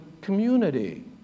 community